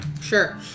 Sure